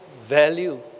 value